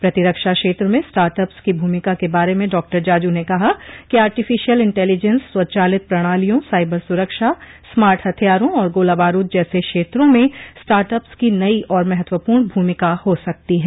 प्रतिरक्षा क्षेत्र में स्टार्ट अप्स की भूमिका के बारे में डॉक्टर जाजू ने कहा कि आर्टिफिशियल इंटेलिजेंस स्व चालित प्रणालियों साईबर सुरक्षा स्मार्ट हथियारों और गोलाबारूद जैसे क्षेत्रों में स्टार्ट अप्स की नई और महत्वपूर्ण भूमिका हो सकती है